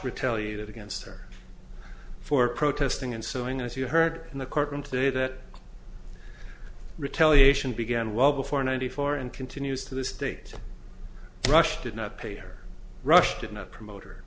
retaliated against her for protesting and sowing as you heard in the courtroom today that retaliation began well before ninety four and continues to this date rush did not pay her rushed in a promoter